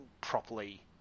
properly